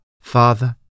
Father